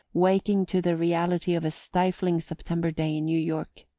waking to the reality of a stifling september day in new york.